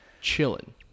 chilling